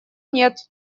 нет